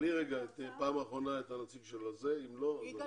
יגאל